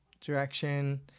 direction